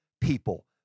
people